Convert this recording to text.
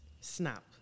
Snap